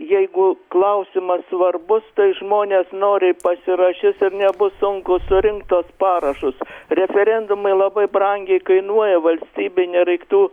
jeigu klausimas svarbus tai žmonės noriai pasirašys ir nebus sunku surinkt tuos parašus referendumai labai brangiai kainuoja valstybei nereiktų